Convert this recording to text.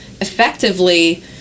Effectively